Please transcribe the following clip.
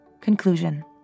Conclusion